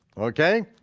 okay?